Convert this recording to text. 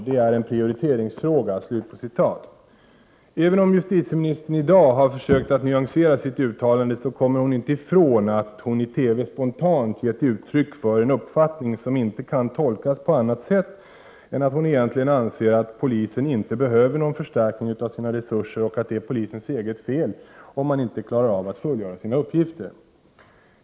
Det är en prioriteringsfråga.” Även om justitieministern i dag har försökt nyansera sitt uttalande, kommer hon inte ifrån att hon i TV spontant givit uttryck för en uppfattning som inte kan tolkas på annat sätt än så, att hon egentligen anser att polisen inte behöver någon förstärkning av sina resurser och att det är polisens eget fel om man inte klarar av att fullgöra sina uppgifter.